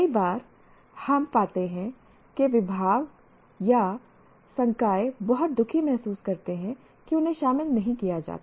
कई बार हम पाते हैं कि विभाग या संकाय बहुत दुखी महसूस करते हैं कि उन्हें शामिल नहीं किया जाता